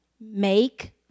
Make